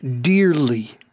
dearly